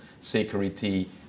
security